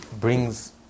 brings